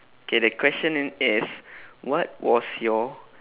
okay the question i~ is what was your